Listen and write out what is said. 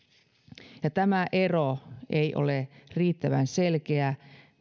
tämä ero ei ole riittävän selkeä